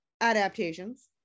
adaptations